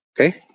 Okay